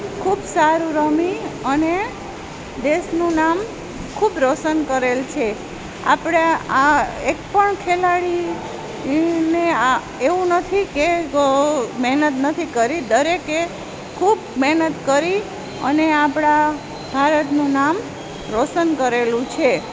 ખૂબ સારું રમી અને દેશનું નામ ખૂબ રોશન કરેલ છે આપણે આ એકપણ ખેલાડી એને એવું નથી કે મહેનત નથી કરી દરેકે ખૂબ મહેનત કરી અને આપણા ભારતનું નામ રોશન કરેલું છે